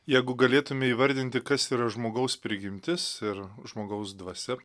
jeigu galėtume įvardinti kas yra žmogaus prigimtis ir žmogaus dvasia